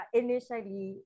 initially